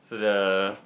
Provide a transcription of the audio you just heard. so the